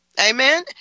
Amen